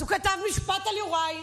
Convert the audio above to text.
אז הוא כתב משפט על יוראי,